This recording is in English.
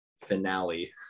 Finale